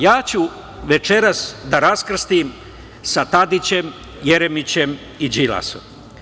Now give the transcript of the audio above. Ja ću večeras da raskrstim za Tadićem, Jeremićem i Đilasom.